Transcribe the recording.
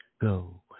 go